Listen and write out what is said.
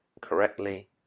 correctly